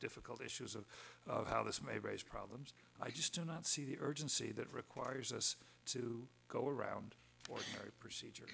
difficult issues of how this may raise problems i just do not see the urgency that requires us to go around for the procedure